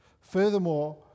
furthermore